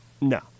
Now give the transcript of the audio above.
No